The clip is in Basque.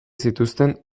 zituzten